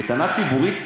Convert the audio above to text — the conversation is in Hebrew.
קייטנה ציבורית,